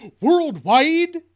Worldwide